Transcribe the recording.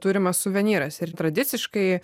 turimas suvenyras ir tradiciškai